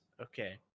Okay